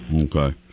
Okay